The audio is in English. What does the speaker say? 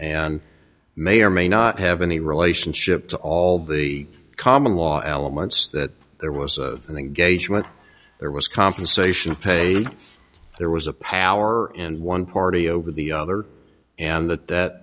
and may or may not have any relationship to all the common law elements that there was an engagement there was compensation of pay there was a power in one party over the other and that